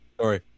Sorry